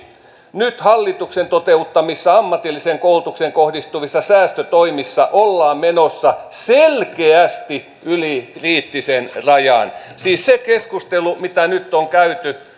nyt hallituksen toteuttamissa ammatilliseen koulutukseen kohdistuvissa säästötoimissa ollaan menossa selkeästi yli kriittisen rajan se keskustelu mitä nyt on käyty